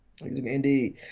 Indeed